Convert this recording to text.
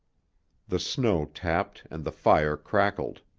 the snow tapped and the fire crackled.